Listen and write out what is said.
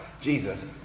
Jesus